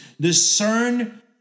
discern